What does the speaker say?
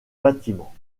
bâtiment